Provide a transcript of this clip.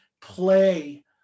play